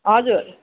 हजुर